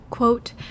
Quote